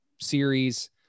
series